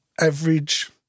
average